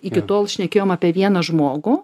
iki tol šnekėjom apie vieną žmogų